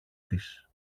της